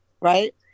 right